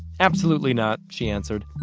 absolutely not, she answered.